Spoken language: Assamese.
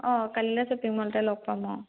অঁ কালিলৈ শ্বপিং ম'লতে লগ পাম অ